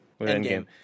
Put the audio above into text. Endgame